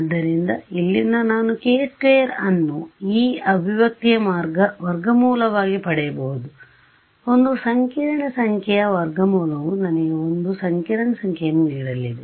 ಆದ್ದರಿಂದ ಇಲ್ಲಿಂದ ನಾನು k′2 ಅನ್ನು ಈ ಅಭಿವ್ಯಕ್ತಿಯ ವರ್ಗಮೂಲವಾಗಿ ಪಡೆಯಬಹುದು ಒಂದು ಸಂಕೀರ್ಣ ಸಂಖ್ಯೆಯ ವರ್ಗಮೂಲವು ನನಗೆ ಒಂದು ಸಂಕೀರ್ಣ ಸಂಖ್ಯೆಯನ್ನು ನೀಡಲಿದೆ